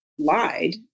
lied